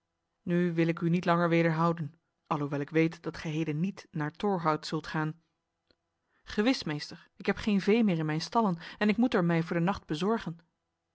nu wil ik u niet langer wederhouden alhoewel ik weet dat gij heden niet naar torhout zult gaan gewis meester ik heb geen vee meer in mijn stallen en ik moet er mij voor de nacht bezorgen